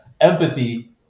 empathy